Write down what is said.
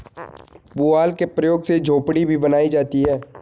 पुआल के प्रयोग से झोपड़ी भी बनाई जाती है